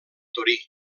torí